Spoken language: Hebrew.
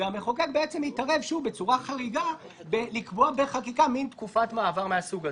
והמחוקק התערב בצורה חריגה בקביעה בחקיקה מין תקופת מעבר מהסוג הזה.